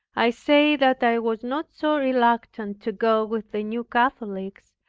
i say that i was not so reluctant to go with the new catholics,